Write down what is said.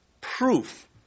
proof